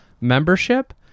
membership